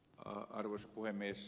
arvoisa puhemies